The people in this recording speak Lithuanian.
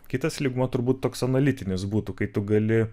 kitas lygmuo turbūt toks analitinis būtų kai tu gali